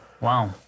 wow